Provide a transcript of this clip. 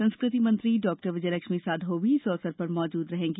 संस्कृति मंत्री डॉक्टर विजयलक्ष्मी साधौ भी इस अवसर पर मौजूद रहेंगी